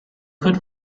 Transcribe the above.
could